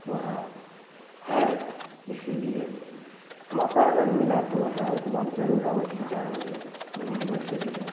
वहाँ है इसलिए मौका अगर मिला तो वहाँ एक बार जरूर अवश्य जाएंगे घूमने के लिए